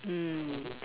mm